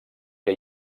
que